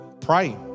pray